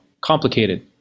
complicated